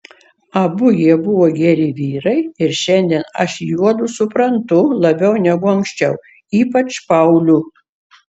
abu jie buvo geri vyrai ir šiandien aš juodu suprantu labiau negu anksčiau ypač paulių